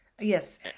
yes